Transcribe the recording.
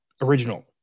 original